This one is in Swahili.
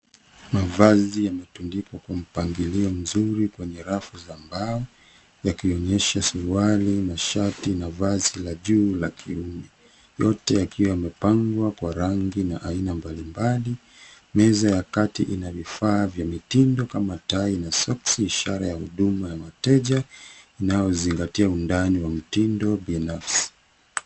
Mavazi yametundikwa kwa mpangilio mzuri kwenye rafu za mbao yakionyesha suruali na shati na vazi la juu la kiume. Yote yakiwa yamepangwa kwa rangi na aina mbalimbali. Meza ya kati ina vifaa vya mitindo kama tai na soksi ishara ya huduma ya wateja inayozingatia undani wa mtindo wa binafsi.